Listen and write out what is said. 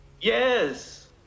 Yes